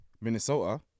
Minnesota